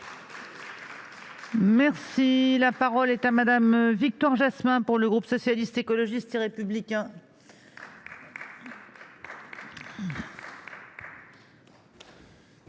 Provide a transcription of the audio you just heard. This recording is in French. texte. La parole est à Mme Victoire Jasmin, pour le groupe Socialiste, Écologiste et Républicain.